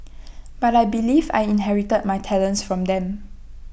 but I believe I inherited my talents from them